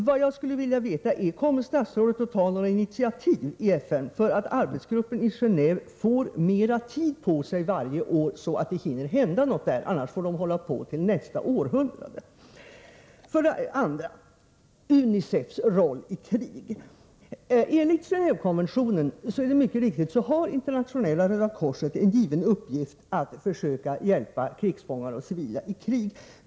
Vad jag skulle vilja veta är om statsrådet kommer att ta initiativ i FN för att arbetsgruppen i Geneve skall få mer tid på sig varje år, så att det hinner hända något där. Annars får man hålla på till nästa århundrade. För det andra gäller det UNICEF:s roll i krig. Enligt Gen&vekonventionen har Röda korset — det är mycket riktigt — som en given uppgift att försöka hjälpa krigsfångar och civila i krig.